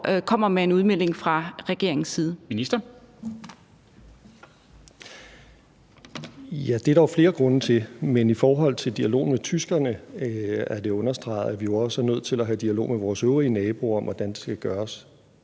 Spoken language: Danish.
13:44 Justitsministeren (Nick Hækkerup): Det er der flere grunde til. Men i forhold til dialogen med tyskerne er det jo blevet understreget, at vi også er nødt til at have en dialog med vores øvrige naboer om, hvordan det skal gøres.